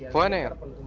one and